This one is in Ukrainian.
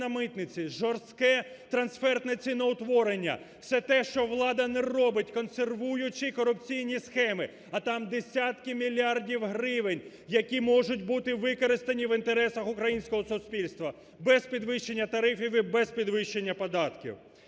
жорстке трансфертне ціноутворення – все те, що влада не робить, консервуючи корупційні схеми, а там десятки мільярдів гривень, які можуть бути використані в інтересах українського суспільства без підвищення тарифів і без підвищення податків.